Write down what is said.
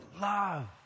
love